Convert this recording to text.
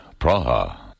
Praha